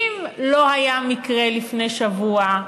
אם לא היה מקרה לפני שבוע,